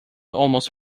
almost